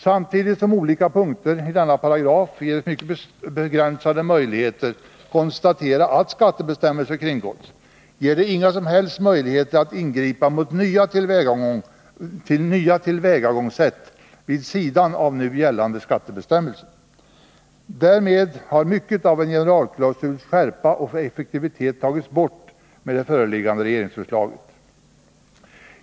Samtidigt som det på olika punkter i denna paragraf finns mycket begränsade möjligheter att konstatera att skattebestämmelse kringgåtts, finns det inga som helst möjligheter att ingripa mot nya tillvägagångssätt vid sidan av nu gällande skattebestämmelser. Därmed har mycket av en generalklausuls skärpa och effektivitet tagits bort genom det föreliggande regeringsförslaget.